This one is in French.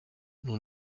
nous